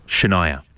Shania